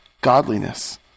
godliness